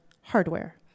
hardware